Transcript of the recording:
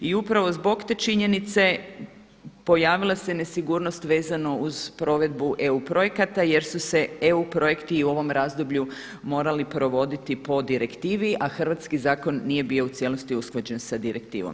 I upravo zbog te činjenice pojavila se nesigurnost vezano uz provedbu EU projekata jer su se EU projekti i u ovom razdoblju morali provoditi po direktivi a hrvatski zakon nije bio u cijelosti usklađen sa direktivom.